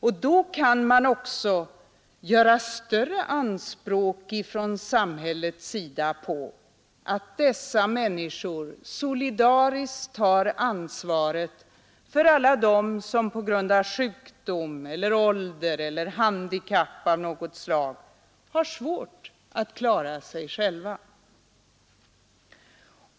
Och då kan samhället också ställa större anspråk på att dessa människor solidariskt tar ansvaret för alla dem som på grund av sjukdom, ålder eller handikapp av något slag har svårt att klara sig själva.